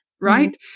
right